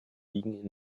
liegen